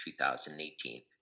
2018